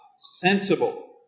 sensible